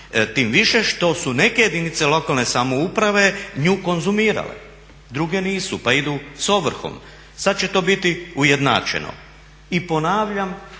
tim više što su neke jedinice lokalne samouprave nju konzumirale, druge nisu pa idu s ovrhom. Sad će to biti ujednačeno. I ponavljam,